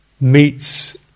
meets